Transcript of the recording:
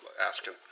asking